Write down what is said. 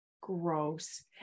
Gross